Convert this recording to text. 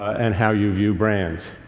and how you view brands.